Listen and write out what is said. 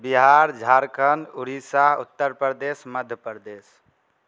Bihar Jharkhand Orissa Uttar Pradesh Madhya Pradesh